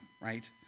right